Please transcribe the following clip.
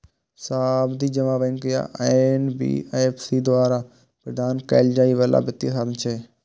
सावधि जमा बैंक या एन.बी.एफ.सी द्वारा प्रदान कैल जाइ बला वित्तीय साधन छियै